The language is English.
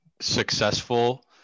successful